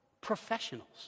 professionals